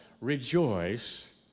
rejoice